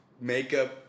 makeup